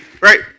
right